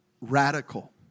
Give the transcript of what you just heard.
radical